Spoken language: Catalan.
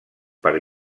per